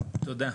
תודה.